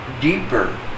deeper